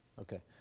Okay